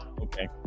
okay